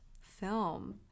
film